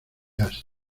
asia